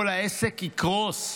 כל העסק יקרוס.